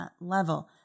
level